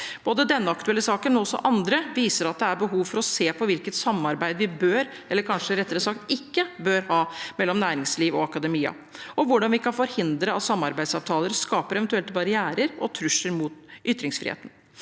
Både denne aktuelle saken og andre saker viser at det er behov for å se på hvilket samarbeid vi bør ha – eller kanskje rettere sagt ikke bør ha – mellom næringsliv og akademia, og hvordan vi kan forhindre at samarbeidsavtaler eventuelt skaper barrierer og trusler mot ytringsfriheten.